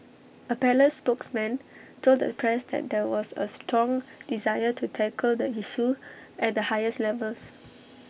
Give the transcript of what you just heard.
A palace spokesman told the press that there was A strong desire to tackle the issue at the highest levels